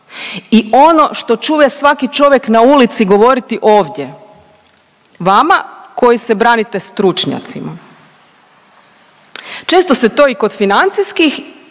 i ono što čuje svaki čovjek na ulici govoriti ovdje vama koji se branite stručnjacima. Često se to i kod financijskih